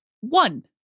one